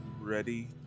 ready